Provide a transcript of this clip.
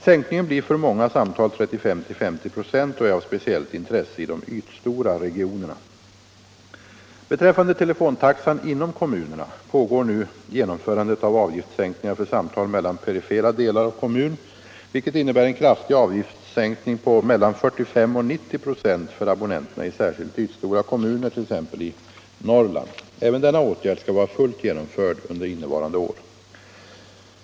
Sänkningen blir för många samtal 35-50 ". och är av speciellt intresse i de ytstora regionerna. Beträffande telefontaxan inom kommunerna pågår nu genomförandet av avgiftssänkningar för samtal mellan perifera delar av kommun, vilket innebär en kraftig avgiftssänkning på mellan 45 och 90 ". för abonnenterna i särskilt ytstora kommuner, t.ex. i Norrland. Även denna åtgärd skall vara fullt genomförd under innevarande år.